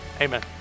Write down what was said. Amen